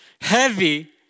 Heavy